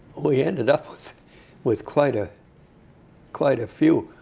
we ended up with with quite ah quite a few.